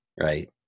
right